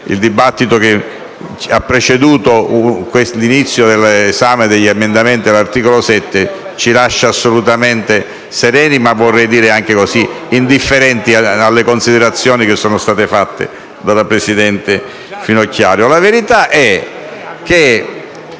il dibattito che ha preceduto l'inizio dell'esame degli emendamenti all'articolo 7 ci lascia assolutamente sereni, ma vorrei dire anche indifferenti alle considerazioni fatte dalla presidente Finocchiaro. La verità è che